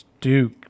Duke